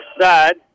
side